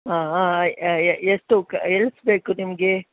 ಹಾಂ ಆಂ ಎಷ್ಟು ಎಲ್ ಬೇಕು ನಿಮಗೆ